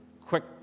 quick